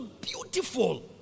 beautiful